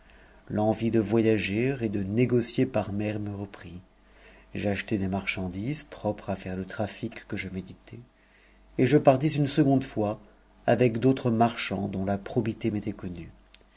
t'oivie de voyager et de négocier par mer me reprit j'achetai des marchandises propres à faire le trafic que je méditais et je partis une seconde fois avec d'autres marchands dont la probité m'était connue